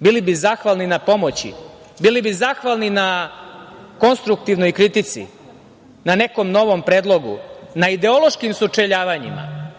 bili bi zahvalni na pomoći. Bili bi zahvalni na konstruktivnoj kritici, na nekom novom predlogu, na ideološkim sučeljavanjima. Da